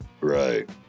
Right